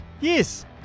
Yes